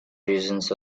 regions